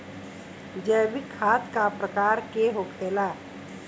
जैविक खाद का प्रकार के होखे ला?